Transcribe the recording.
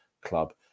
club